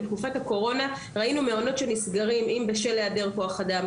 בתקופת הקורונה ראינו מעונות שנסגרים אם בשל העדר כוח אדם,